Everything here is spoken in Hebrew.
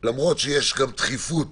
למרות הדחיפות